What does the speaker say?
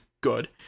good